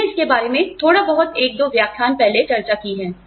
हमने इसके बारे में थोड़ा बहुत एक दो व्याख्यान पहले चर्चा की है